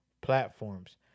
platforms